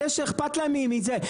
אלה שאכפת להם מזה,